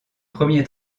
premier